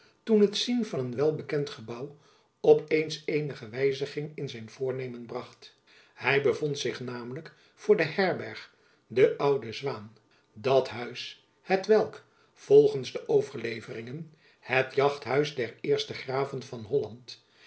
toen het zien van een welbekend gebouw op eens eenige wijziging in zijn voornemen bracht hy bevond zich namelijk voor de herberg de oude zwaen dat huis hetwelk volgends de overleveringen het jachthuis der eerste graven van holland